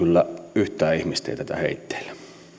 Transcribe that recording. yhtään ihmistä jätetä heitteille